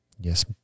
Yes